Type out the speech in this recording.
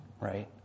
right